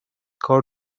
کار